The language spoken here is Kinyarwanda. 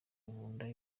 nkunda